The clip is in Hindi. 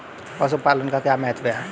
पशुपालन का क्या महत्व है?